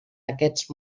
aquests